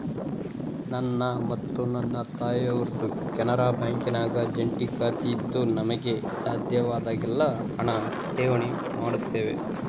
ನನ್ನ ಮತ್ತು ನನ್ನ ತಾಯಿಯವರದ್ದು ಕೆನರಾ ಬ್ಯಾಂಕಿನಾಗ ಜಂಟಿ ಖಾತೆಯಿದ್ದು ನಮಗೆ ಸಾಧ್ಯವಾದಾಗೆಲ್ಲ ಹಣ ಠೇವಣಿ ಮಾಡುತ್ತೇವೆ